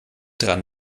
dran